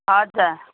हजुर